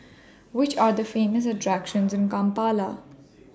Which Are The Famous attractions in Kampala